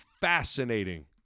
fascinating